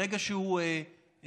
ברגע שהוא מעורב